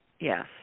Yes